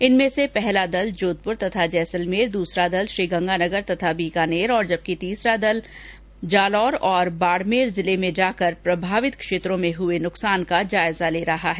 इनमें से पहला दल जोधपुर तथा जैसलमेर दूसरा दल श्रीगंगानगर तथा बीकानेर जबकि तीसरा दल जालौर तथा बाड़मेर जिलों में जाकर प्रभावित क्षेत्रों में हुए नुकसान का जायजा ले रहे हैं